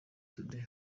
today